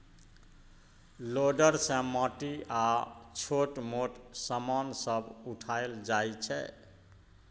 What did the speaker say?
loader सँ माटि आ छोट मोट समान सब उठाएल जाइ छै